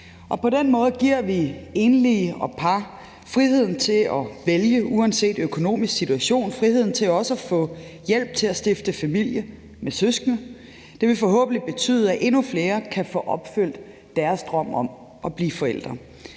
På den måde giver vi enlige og par friheden til at vælge uanset deres økonomiske situation – friheden til også at få hjælp til at stifte familie med søskende. Det vil forhåbentlig betyde, at endnu flere kan få opfyldt deres drøm om at blive forældre.